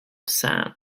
sam